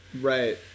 right